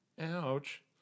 ouch